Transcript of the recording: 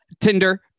Tinder